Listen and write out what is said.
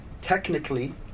technically